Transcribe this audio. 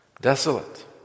desolate